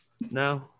No